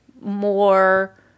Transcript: more